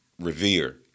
revere